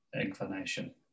inclination